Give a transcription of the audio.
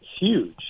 huge